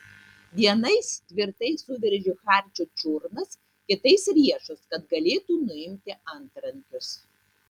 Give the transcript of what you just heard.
vienais tvirtai suveržė hardžio čiurnas kitais riešus kad galėtų nuimti antrankius